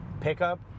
pickup